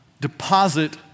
deposit